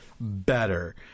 better